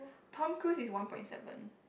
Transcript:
Tom-Cruise is one point seven